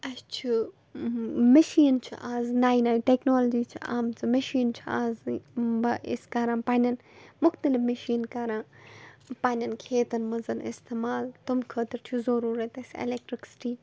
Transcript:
اَسہِ چھِ مِشیٖن چھِ آز نَیہِ نَیہِ ٹٮ۪کنالجی چھِ آمژٕ مِشیٖن چھِ آز أسۍ کَران پنٛنٮ۪ن مختلف مِشیٖن کَران پنٛنٮ۪ن کھیتَن منٛز اِستعمال تِم خٲطرٕ چھُ ضٔروٗرتھ اَسہِ اٮ۪لیکٹِرٛکسِٹی